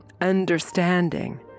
understanding